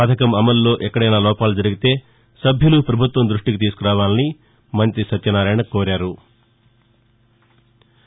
పథకం అమలులో ఎక్కడైనా లోపాలు జరిగితే సభ్యులు పభుత్వం దృష్టికి తీసుకురావాలని మంత్రి సత్యనారాయణ కోరారు